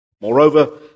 Moreover